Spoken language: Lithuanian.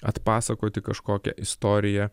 atpasakoti kažkokią istoriją